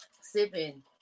sipping